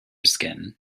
skin